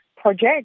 project